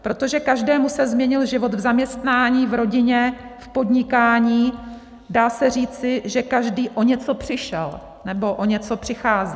Protože každému se změnil život v zaměstnání, v rodině, v podnikání, dá se říci, že každý o něco přišel nebo o něco přichází.